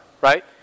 right